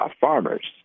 farmers